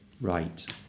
Right